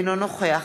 אינו נוכח